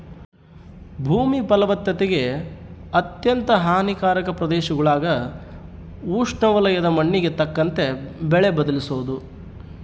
ಭೂಮಿ ಫಲವತ್ತತೆಗೆ ಅತ್ಯಂತ ಹಾನಿಕಾರಕ ಪ್ರದೇಶಗುಳಾಗ ಉಷ್ಣವಲಯದ ಮಣ್ಣಿಗೆ ತಕ್ಕಂತೆ ಬೆಳೆ ಬದಲಿಸೋದು